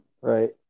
right